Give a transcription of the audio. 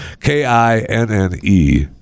K-I-N-N-E